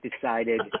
decided